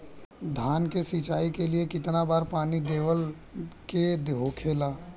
धान की सिंचाई के लिए कितना बार पानी देवल के होखेला?